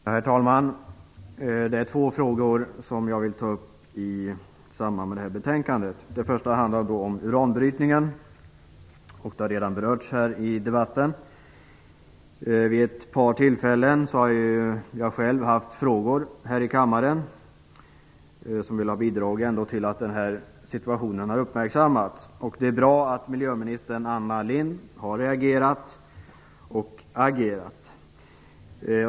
Herr talman! Det är två frågor som jag vill ta upp i samband med detta betänkande. Den första handlar om uranbrytningen. Den har redan berörts i debatten. Vid ett par tillfällen har jag själv ställt frågor här i kammaren, vilket ändå bidragit till att situationen har uppmärksammats. Det är bra att miljöminister Anna Lindh har reagerat och agerat.